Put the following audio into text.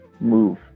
move